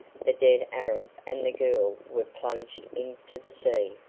the dead arab and the girl were plunged into the sea.